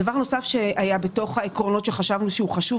הדבר הנוסף שהיה בתוך העקרונות שחשבנו שהוא חשוב,